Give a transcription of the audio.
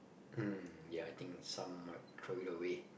um ya I think some might throw it away